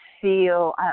feel